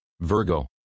Virgo